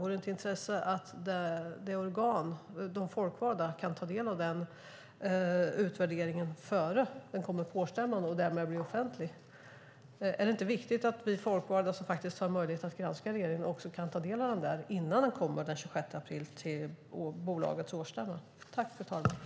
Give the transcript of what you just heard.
Vore det inte av intresse att de folkvalda kan ta del av utvärderingen innan den presenteras på årsstämman och därmed blir offentligt? Är det inte viktigt att vi folkvalda, som faktiskt har en möjlighet att granska regeringen, kan ta del av den innan den kommer till bolagets årsstämma den 26 april?